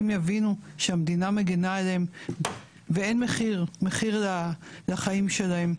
שיבינו שהמדינה מגנה עליהם ואין מחיר לחיים שלהם.